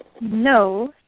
No